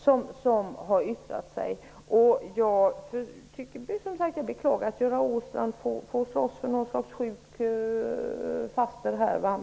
Jag beklagar som sagt att Göran Åstrand här får slåss för någon sorts sjuk faster.